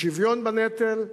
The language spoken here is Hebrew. לשוויון בנטל,